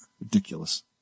Ridiculous